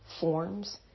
forms